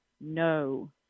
no